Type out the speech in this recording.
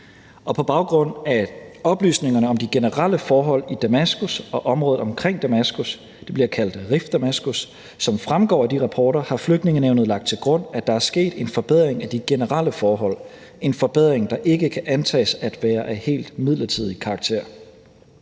og på baggrund af oplysningerne om de generelle forhold i Damaskus og området omkring Damaskus – det bliver kaldt Rif Damaskus – som fremgår af de rapporter, har Flygtningenævnet lagt til grund, at der er sket en forbedring af de generelle forhold, en forbedring, der ikke kan antages at være af en helt midlertidig karakter.